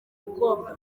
mukobwa